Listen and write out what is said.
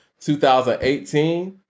2018